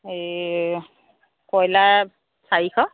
এই কইলাৰ চাৰিশ